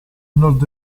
nord